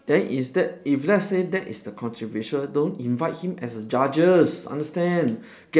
then is that if let's say that's the controversial don't invite him as a judges understand